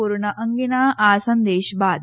corona અંગેના આ સંદેશ બાદ